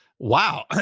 wow